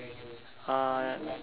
uh